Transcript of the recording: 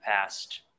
past